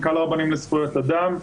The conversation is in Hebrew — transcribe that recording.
מנכ"ל רבנים לזכויות אדם,